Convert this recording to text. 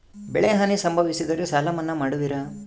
ಬೆಳೆಹಾನಿ ಸಂಭವಿಸಿದರೆ ಸಾಲ ಮನ್ನಾ ಮಾಡುವಿರ?